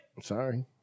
Sorry